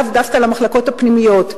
ולאו דווקא למחלקות הפנימיות.